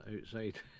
outside